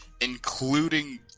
including